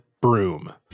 broom